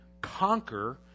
conquer